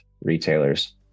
retailers